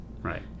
Right